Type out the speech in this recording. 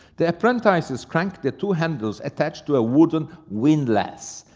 the apprentices cranked the two handles attached to a wooden windlass,